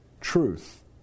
truth